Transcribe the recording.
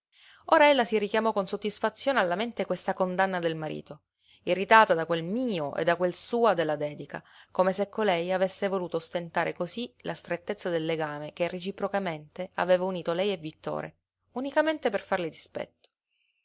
ella si richiamò con soddisfazione alla mente questa condanna del marito irritata da quel mio e da quel sua della dedica come se colei avesse voluto ostentare cosí la strettezza del legame che reciprocamente aveva unito lei e vittore unicamente per farle dispetto